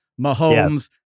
Mahomes